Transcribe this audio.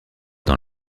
dans